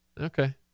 okay